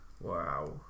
wow